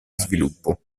sviluppo